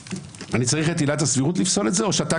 אני צריך את עילת הסבירות כדי לפסול את זה או שאתה